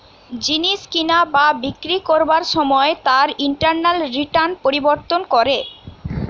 জিনিস কিনা বা বিক্রি করবার সময় তার ইন্টারনাল রিটার্ন পরিবর্তন করে